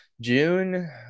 June